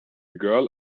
girl